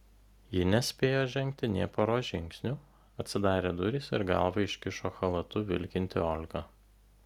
ji nespėjo žengti nė poros žingsnių atsidarė durys ir galvą iškišo chalatu vilkinti olga